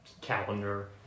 calendar